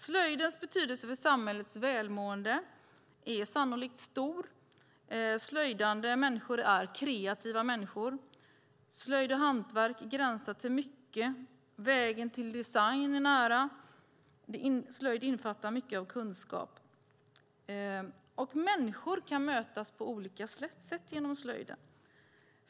Slöjdens betydelse för samhällets välmående är sannolikt stor. Slöjdande människor är kreativa människor. Slöjd och hantverk gränsar till mycket. Vägen till design är nära. Slöjd innefattar mycket av kunskap, och människor kan mötas på olika sätt genom slöjden.